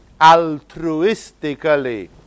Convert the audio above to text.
altruistically